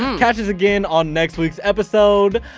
catch us again on next week's episode!